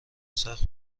سخت